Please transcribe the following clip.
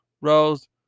Rose